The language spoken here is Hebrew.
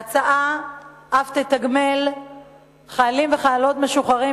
ההצעה אף תתגמל חיילים וחיילות משוחררים